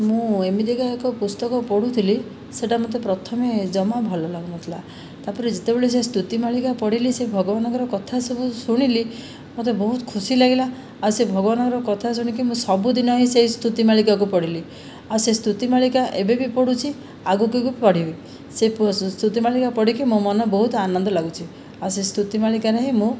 ମୁଁ ଏମିତିକା ଏକ ପୁସ୍ତକ ପଢ଼ୁଥିଲି ସେଇଟା ମୋତେ ପ୍ରଥମେ ଜମା ଭଲ ଲାଗୁନଥିଲା ତା'ପରେ ଯେତବେଳେ ସେ ସ୍ତୁତି ମାଳିକା ପଢ଼ିଲି ସେ ଭଗବାନଙ୍କର କଥା ସବୁ ଶୁଣିଲି ମୋତେ ବହୁତ ଖୁସି ଲାଗିଲା ଆଉ ସେ ଭଗବାନଙ୍କର କଥା ଶୁଣିକି ମୁଁ ସବୁଦିନେ ହି ସେଇ ସ୍ତୁତି ମାଳିକାକୁ ପଢ଼ିଲି ଆଉ ସେ ସ୍ତୁତି ମାଳିକା ଏବେ ବି ପଢ଼ୁଛି ଆଗକୁ ବି ପଢ଼ିବି ସେ ସ୍ତୁତି ମାଳିକା ପଢ଼ିକି ମୋ ମନ ବହୁତ ଆନନ୍ଦ ଲାଗୁଛି ଆଉ ସେ ସ୍ତୁତି ମାଳିକାରେ ହିଁ ମୁଁ